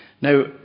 Now